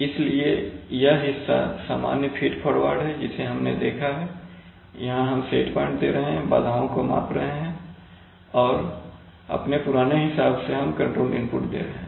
इसलिए यह हिस्सा सामान्य फीड फ़ॉरवर्ड है जिसे हमने देखा हैयहां हम सेट पॉइंट दे रहे हैं बाधाओं को माप रहे हैं और अपने पुराने हिसाब से हम कंट्रोल इनपुट दे रहे हैं